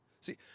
See